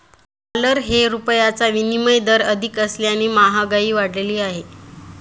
dollar ते रुपयाचा विनिमय दर अधिक असल्याने महागाई वाढली आहे